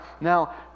now